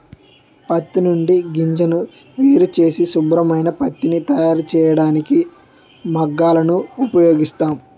పత్తి నుండి గింజను వేరుచేసి శుభ్రమైన పత్తిని తయారుచేయడానికి మగ్గాలను ఉపయోగిస్తాం